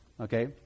okay